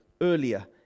earlier